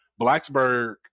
Blacksburg –